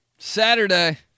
Saturday